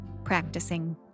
practicing